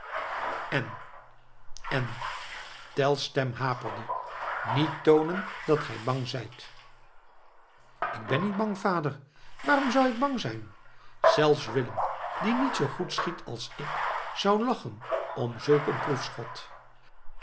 en en tell's stem haperde niet toonen dat gij bang zijt ik ben niet bang vader waarom zou ik bang zijn zelfs willem die niet zoo goed schiet als ik zou lachen om zulk een